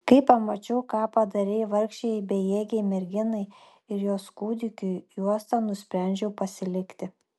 kai pamačiau ką padarei vargšei bejėgei merginai ir jos kūdikiui juostą nusprendžiau pasilikti